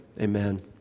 amen